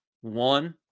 one